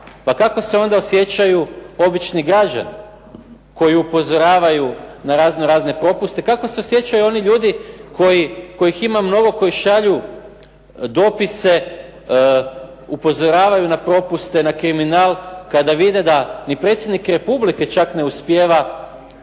Pa kako se onda osjećaju obični građani koji upozoravaju na raznorazne propuste? Kako se osjećaju oni ljudi kojih ima mnogo koji šalju dopise, upozoravaju na propuste, na kriminal, kada vide da ni predsjednik Republike čak ne uspijeva